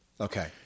Okay